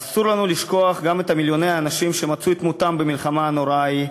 אסור לנו לשכוח גם את מיליוני האנשים שמצאו את מותם במלחמה הנוראה ההיא,